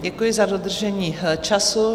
Děkuji za dodržení času.